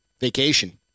vacation